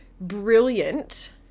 brilliant